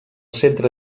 centre